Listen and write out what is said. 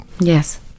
Yes